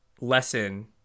lesson